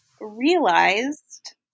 realized